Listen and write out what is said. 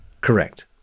Correct